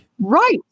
Right